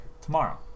tomorrow